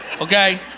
Okay